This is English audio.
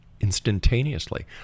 Instantaneously